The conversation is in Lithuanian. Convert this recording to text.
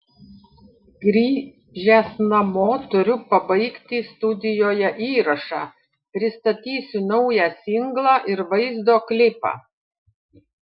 grįžęs namo turiu pabaigti studijoje įrašą pristatysiu naują singlą ir vaizdo klipą